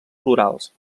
florals